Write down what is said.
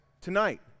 tonight